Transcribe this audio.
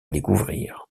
découvrir